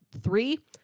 three